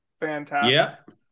fantastic